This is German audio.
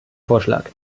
vorschlag